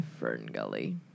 Ferngully